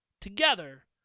together